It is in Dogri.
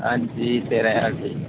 हां जी तेरां ज्हार ठीक ऐ